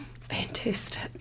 Fantastic